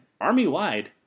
army-wide